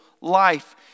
life